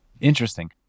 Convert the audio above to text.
Interesting